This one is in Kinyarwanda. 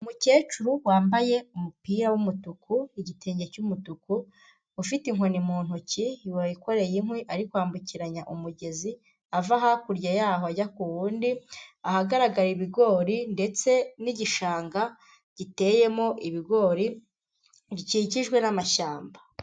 Umukecuru wambaye umupira w'umutuku, igitenge cy'umutuku, ufite inkoni mu ntoki, wikoreye inkwi. Ari kwambukiranya umugezi ava hakurya yaho ajya ku wundi ahagaragara ibigori ndetse n'igishanga giteyemo ibigori bikikijwe n'amashyamba.